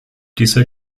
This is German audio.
dieser